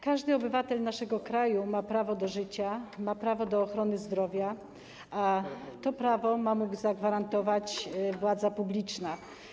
Każdy obywatel naszego kraju ma prawo do życia, ma prawo do ochrony zdrowia, a to prawo ma mu zagwarantować władza publiczna.